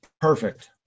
perfect